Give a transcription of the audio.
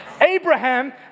Abraham